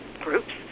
groups